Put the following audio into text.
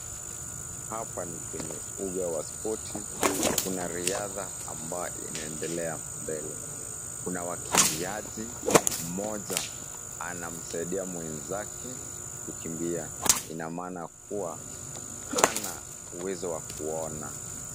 Hapa ni kwenye uga wa spoti. Kuna riadha ambayo inaendelea mbele. Kuna wakimbiaji, mmoja anamsaidia mwenzake kukimbia. Ina maana kuwa hana uwezo wa kuona.